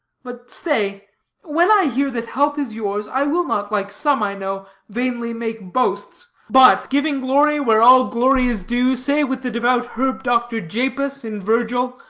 but stay when i hear that health is yours, i will not, like some i know, vainly make boasts but, giving glory where all glory is due, say, with the devout herb-doctor, japus in virgil,